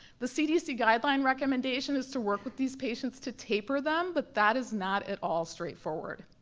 the cdc guideline recommendation is to work with these patients to taper them, but that is not at all straightforward.